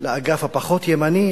לאגף הפחות ימני,